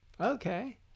okay